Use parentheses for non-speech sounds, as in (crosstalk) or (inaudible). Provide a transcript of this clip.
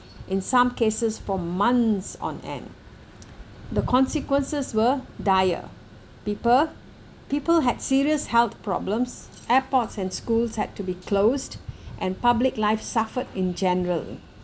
in some cases for months on end the consequences were dire people people had serious health problems airports and schools had to be closed (breath) and public life suffered in general